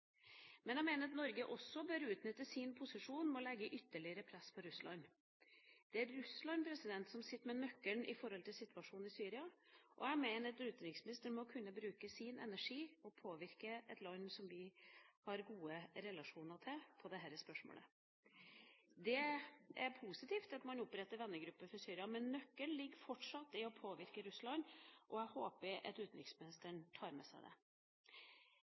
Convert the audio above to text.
Men jeg mener at Norge også bør utnytte sin posisjon til å legge ytterligere press på Russland. Det er Russland som sitter med nøkkelen til situasjonen i Syria, og jeg mener at utenriksministeren må kunne bruke sin energi til å påvirke et land som vi har gode relasjoner til, i dette spørsmålet. Det er positivt at man oppretter vennegruppe for Syria, men nøkkelen ligger fortsatt i å påvirke Russland. Jeg håper at utenriksministeren tar med seg det.